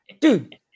dude